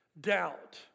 doubt